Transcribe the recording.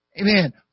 amen